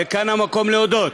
וכאן המקום להודות